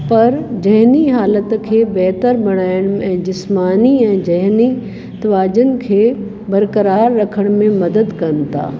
परि ज़हिनी हालति खे बहितर बणाइण में ऐं जिस्मानी ऐं ज़हिनी त्वाजन खे बरकरारु रखण में मदद कनि था